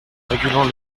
régulant